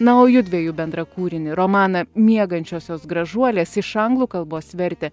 na o jųdviejų bendrą kūrinį romaną miegančiosios gražuolės iš anglų kalbos vertė